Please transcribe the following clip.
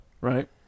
Right